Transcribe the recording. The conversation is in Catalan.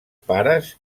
pares